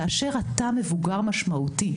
כאשר אתה מבוגר משמעותי,